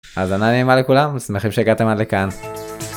האזנה נעימה לכולם, שמחים שהגעתם עד לכאן.